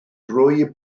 drwy